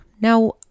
Now